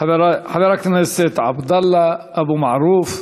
חבר הכנסת עבדאללה אבו מערוף,